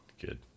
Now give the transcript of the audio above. Good